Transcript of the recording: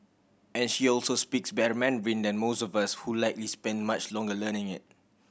and she also speaks better Mandarin than most of us who likely spent much longer learning it